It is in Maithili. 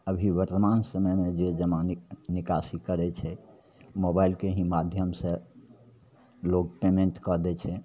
अभी वर्तमान समयमे जे जमा निक निकासी करै छै मोबाइलके ही माध्यमसे लोक पेमेन्ट कऽ दै छै